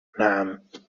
نعم